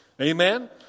Amen